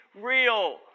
real